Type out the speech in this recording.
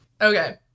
okay